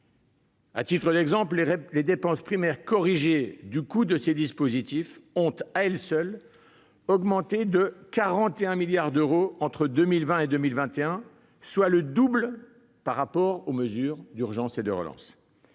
Par exemple, les dépenses primaires, corrigées du coût de ces dispositifs, ont, à elles seules, augmenté de 41 milliards d'euros entre 2020 et 2021, soit le double par rapport aux mesures d'urgence et de relance.